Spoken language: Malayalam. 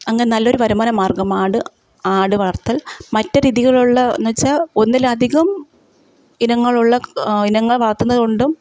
അങ നല്ലൊരു വരുമാന മാർഗ്ഗമാണ് ആട് വളർത്തൽ മറ്റ് രീതിയിലുള്ളതെന്നു വെച്ചാൽ ഒന്നിലധികം ഇനങ്ങളുള്ള ഇനങ്ങൾ വളർത്തുന്നതു കൊണ്ടും